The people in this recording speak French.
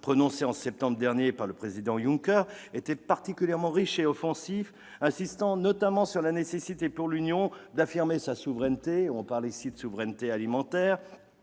prononcé en septembre dernier par le président Juncker était particulièrement riche et offensif, insistant sur la nécessité pour l'Union d'affirmer sa souveraineté- on parle ici de souveraineté alimentaire